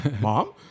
Mom